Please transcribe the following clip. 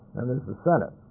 and there's the senate.